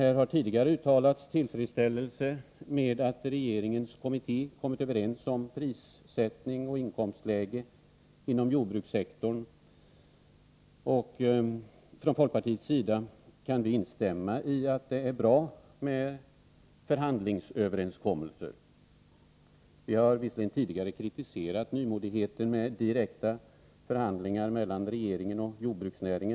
Här har tidigare uttalats tillfredsställelse över att regeringens kommitté har kommit överens om prissättning och inkomstläge inom jordbrukssektorn. Från folkpartiets sida kan vi instämma i att det är bra med förhandlingsöverenskommelser, även om vi tidigare har kritiserat nymodigheter med direkta förhandlingar mellan regering och jordbruksnäring.